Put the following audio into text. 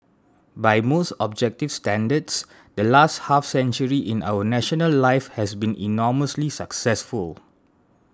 by most objective standards the last half century in our national life has been enormously successful